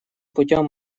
путем